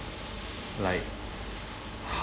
like